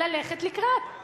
ללכת לקראת,